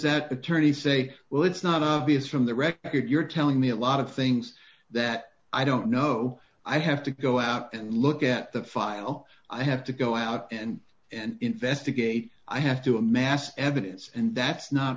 that attorney say well it's not because from the record you're telling me a lot of things that i don't know i have to go out and look at the file i have to go out and and investigate i have to amass evidence and that's not